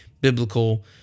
biblical